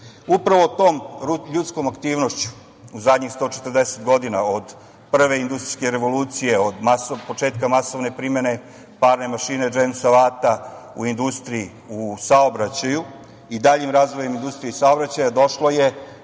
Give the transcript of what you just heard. tom ljudskom aktivnošću u zadnjih 140 godina od Prve industrijske revolucije, od početka masovne primene parne mašine Džejmsa Vata u industriji, u saobraćaju i daljim razvojem industrije i saobraćaja došlo je